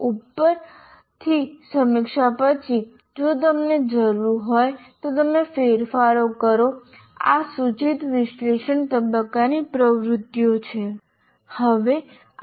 ઉપર ઉપર થીસમીક્ષા પછી જો તમને જરૂર હોય તો તમે ફેરફારો કરો આ સૂચિત વિશ્લેષણ તબક્કાની પ્રવૃત્તિઓ છે